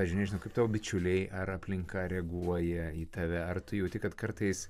pavyzdžiui nežinau kaip tavo bičiuliai ar aplinka reaguoja į tave ar tu jauti kad kartais